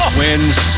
wins